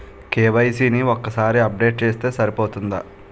KYC ని ఒక్కసారి update చేస్తే సరిపోతుందా?